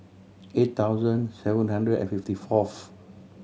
eight thousand seven hundred and fifty fourth